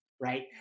Right